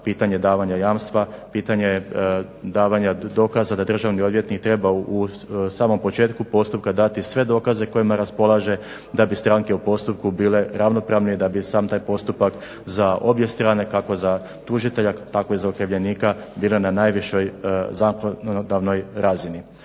pitanje davanja jamstva, pitanje davanja dokaza da državni odvjetnik treba u samom početku postupka dati sve dokaze kojima raspolaže da bi stranke u postupku bile ravnopravne i da bi sam taj postupak za obje strane kako za tužitelja tako i za okrivljenika bile na najvišoj zakonodavnoj razini.